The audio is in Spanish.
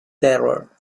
terror